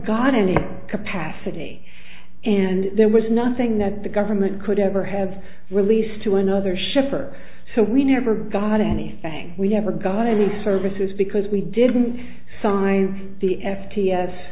got any capacity and there was nothing that the government could ever have released to another ship or so we never got anything we never got any services because we didn't sign the f t s